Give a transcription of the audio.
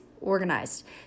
organized